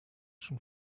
schon